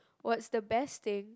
what's the best thing